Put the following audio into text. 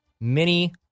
mini